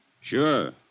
Sure